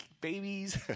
babies